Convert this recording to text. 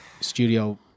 studio